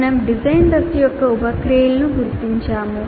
మేము డిజైన్ దశ యొక్క ఉప ప్రక్రియలను గుర్తించాము